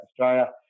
Australia